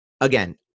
again